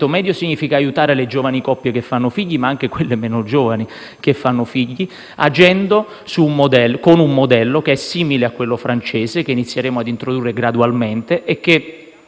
medio significa aiutare le coppie giovani - ma anche quelle meno giovani - che fanno figli, agendo con un modello simile a quello francese, che inizieremo a introdurre gradualmente, che